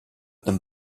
them